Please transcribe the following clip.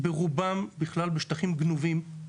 ברובם בכלל בשטחים גנובים,